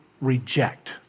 reject